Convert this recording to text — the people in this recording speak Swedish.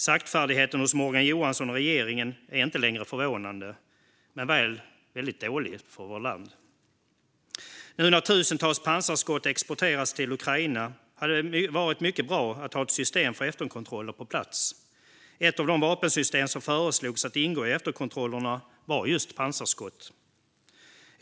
Saktfärdigheten hos Morgan Johansson och regeringen är inte längre förvånande men väl väldigt dålig för vårt land. Nu när tusentals pansarskott exporteras till Ukraina hade det varit mycket bra att ha ett system för efterkontroller på plats. Ett av de vapensystem som föreslogs att ingå i efterkontrollerna var just pansarskott.